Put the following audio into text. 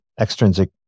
extrinsic